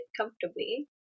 comfortably